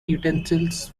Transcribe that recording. utensils